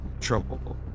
trouble